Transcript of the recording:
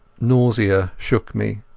nausea shook me,